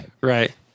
Right